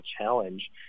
challenge